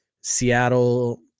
Seattle